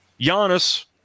Giannis